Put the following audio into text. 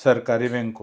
सरकारी बँको